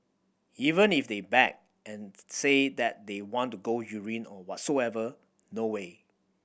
even if they beg and say that they want to go urine or whatsoever no way